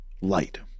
light